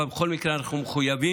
אבל בכל מקרה, אנחנו מחויבים